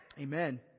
Amen